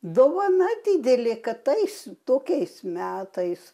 dovana didelė kad tais tokiais metais